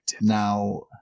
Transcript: Now